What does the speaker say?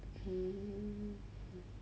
mmhmm